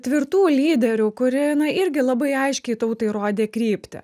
tvirtų lyderių kuri na irgi labai aiškiai tautai rodė kryptį